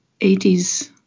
80s